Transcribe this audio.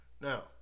now